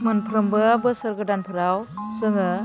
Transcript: मोनफ्रोमबो बोसोर गोदानफ्राव जोङो